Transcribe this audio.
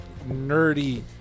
nerdy